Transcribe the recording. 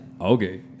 Okay